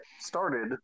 started